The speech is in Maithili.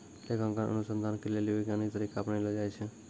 लेखांकन अनुसन्धान के लेली वैज्ञानिक तरीका अपनैलो जाय छै